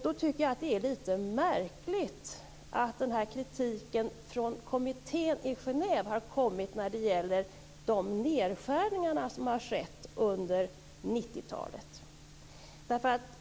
Då tycker jag att det är lite märkligt att kritiken från kommittén i Genève har kommit när det gäller de nedskärningar som har skett under 90-talet.